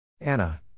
Anna